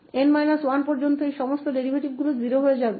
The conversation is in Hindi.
तो 𝑛 1 तक के ये सभी डेरीवेटिव वे सभी 0 हो जाएंगे